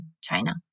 China